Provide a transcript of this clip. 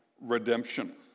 redemption